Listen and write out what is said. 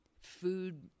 food